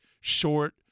short